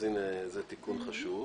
אז הנה, זה תיקון חשוב.